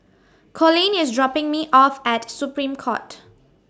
Colin IS dropping Me off At Supreme Court